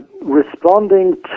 responding